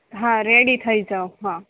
હા રેડી થઈ જાવ હા